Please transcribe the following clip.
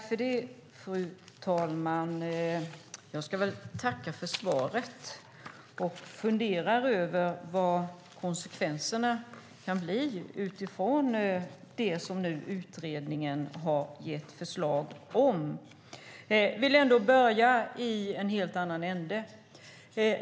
Fru talman! Jag tackar för svaret och vill säga att jag funderar över vad konsekvenserna kan bli av det som utredningen har gett förslag om. Jag vill dock börja i en helt annan ände.